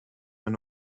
were